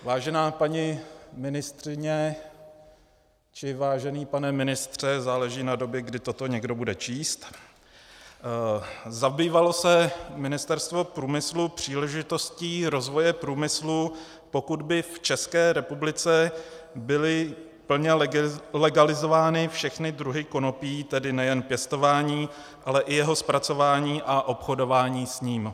Vážená paní ministryně či vážený pane ministře, záleží na době, kdy toto někdo bude číst zabývalo se Ministerstvo průmyslu příležitostí rozvoje průmyslu, pokud by v České republice byly plně legalizovány všechny druhy konopí, tedy nejen pěstování, ale i jeho zpracování a obchodování s ním?